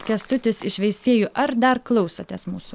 kęstutis iš veisiejų ar dar klausotės mūsų